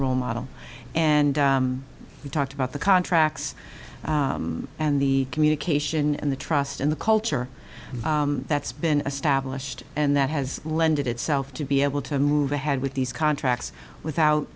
role model and we talked about the contracts and the communication and the trust in the culture that's been established and that has lend itself to be able to move ahead with these contracts